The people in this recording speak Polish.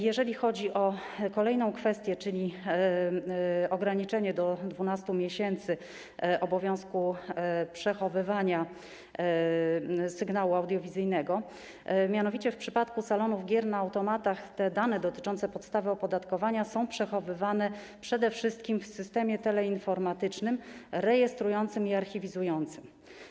Jeżeli chodzi o kolejną kwestię, czyli o ograniczenie do 12 miesięcy obowiązku przechowywania sygnału audiowizyjnego w przypadku salonów gier na automatach, chcę powiedzieć, że dane dotyczące podstawy opodatkowania są przechowywane przede wszystkim w systemie teleinformatycznym, rejestrującym i archiwizującym.